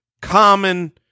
common